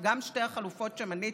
גם שתי החלופות שמניתי,